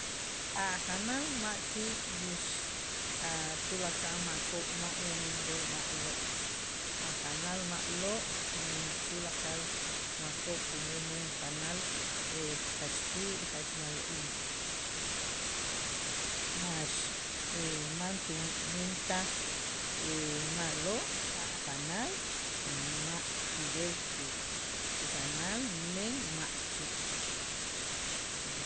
A' janal ma' ki' b'ix a' tulakal makoo' ma' umenb'el ma'lo' a' janal ma'lo', men tulakal makoo' kumenb'el janal jach ki' jach ma'lo'il max man tumentaj ma'lo' a' janal ma' kib'el ki- kijanal men ma' ki'.